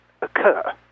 occur